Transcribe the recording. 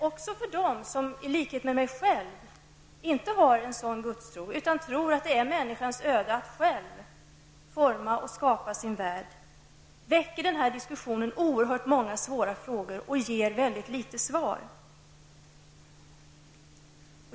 Också för dem som i likhet med mig själv inte har en sådan gudstro utan tror att det är människans öde att själv forma och skapa sin värld, väcker den här diskussionen oerhört många svåra frågor och ger väldigt få svar.